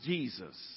Jesus